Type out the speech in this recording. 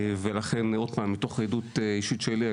לכן, אני יכול להגיד מתו עדות אישית שלי,